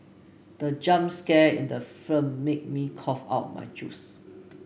the jump scare in the film made me cough out my juice